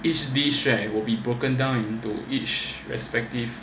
each piece right will be broken down into each respective